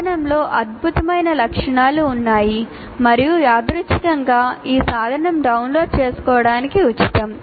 సాధనంలో అద్భుతమైన లక్షణాలు ఉన్నాయి మరియు యాదృచ్ఛికంగా ఈ సాధనం డౌన్లోడ్ చేసుకోవడానికి ఉచితం